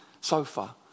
sofa